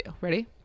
Ready